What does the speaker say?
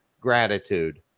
gratitude